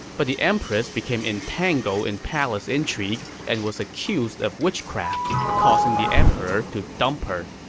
but the empress became entangled in palace intrigue and was accused of witchcraft, causing the emperor to dump her.